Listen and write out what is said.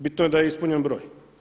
Bitno je da je ispunjen broj.